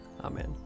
amen